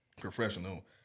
professional